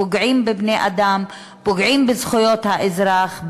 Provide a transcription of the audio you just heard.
פוגעים בבני-אדם, פוגעים בזכויות האזרח.